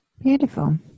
Beautiful